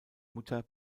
mutter